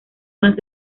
más